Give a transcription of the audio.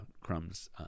Crumb's